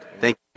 thank